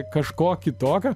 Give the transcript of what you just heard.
kažko kitokio